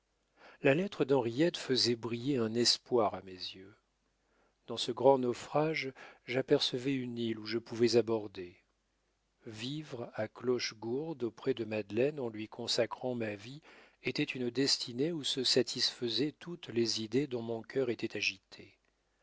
la lettre d'henriette faisait briller un espoir à mes yeux dans ce grand naufrage j'apercevais une île où je pouvais aborder vivre à clochegourde auprès de madeleine en lui consacrant ma vie était une destinée où se satisfaisaient toutes les idées dont mon cœur était agité